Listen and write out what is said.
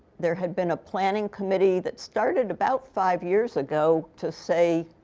there had been a planning committee that started about five years ago, to say,